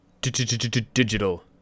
Digital